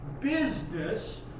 business